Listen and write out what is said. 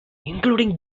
including